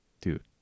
dude